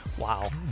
Wow